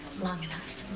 long enough.